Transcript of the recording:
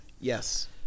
Yes